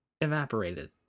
evaporated